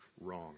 wrong